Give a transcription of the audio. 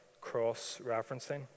cross-referencing